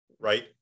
right